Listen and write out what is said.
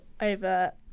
over